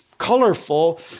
colorful